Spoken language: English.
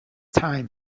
time